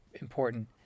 important